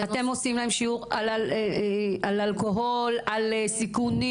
אתם עושים שיעור על אלכוהול, על סיכונים?